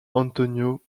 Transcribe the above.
antonio